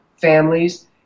families